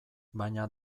baina